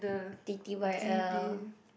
T_T_Y_L